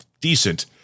decent